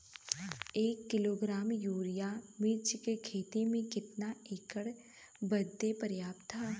एक kilogram urea मिर्च क खेती में कितना एकड़ बदे पर्याप्त ह?